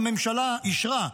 והממשלה אישרה,